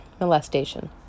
molestation